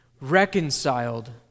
reconciled